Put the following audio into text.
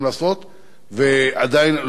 ועדיין לא נעשה מספיק.